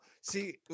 See